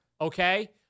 Okay